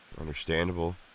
Understandable